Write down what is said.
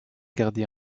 gardés